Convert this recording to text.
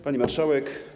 Pani Marszałek!